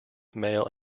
male